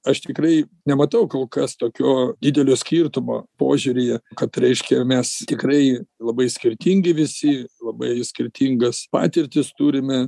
aš tikrai nematau kol kas tokio didelio skirtumo požiūryje kad reiškia mes tikrai labai skirtingi visi labai skirtingas patirtis turime